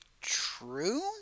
true